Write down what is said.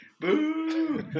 Boo